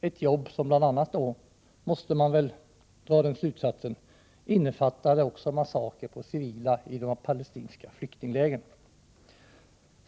ett jobb som bl.a. — måste man tro — också innefattade massakrer på civila i de palestinska flyktinglägren.